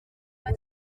nabo